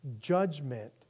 judgment